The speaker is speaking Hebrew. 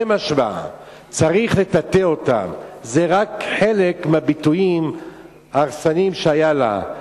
משמע"; "צריך לטאטא אותם" זה רק חלק מהביטויים ההרסניים שהיו לה.